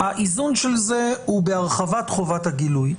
האיזון של זה הוא בהרחבת חובת הגילוי.